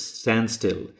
standstill